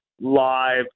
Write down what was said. live